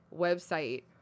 website